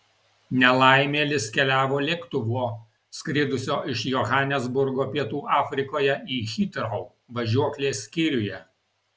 nelaimėlis keliavo lėktuvo skridusio iš johanesburgo pietų afrikoje į hitrou važiuoklės skyriuje